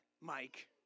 Mike